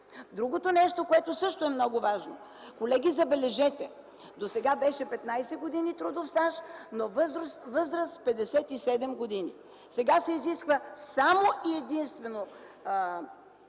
Другото нещо, което също е много важно: колеги, забележете, че досега беше 15 години трудовият стаж, но възраст 57 години. Сега се изисква само и единствено